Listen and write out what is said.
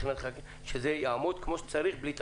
מבחינת החקיקה כדי שזה יעמוד כמו שצריך בלי תקלות?